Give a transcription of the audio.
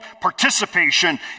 participation